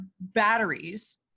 batteries